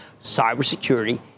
cybersecurity